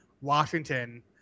Washington